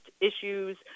issues